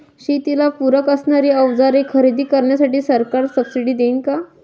शेतीला पूरक असणारी अवजारे खरेदी करण्यासाठी सरकार सब्सिडी देईन का?